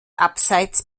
abseits